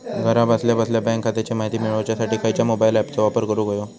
घरा बसल्या बसल्या बँक खात्याची माहिती मिळाच्यासाठी खायच्या मोबाईल ॲपाचो वापर करूक होयो?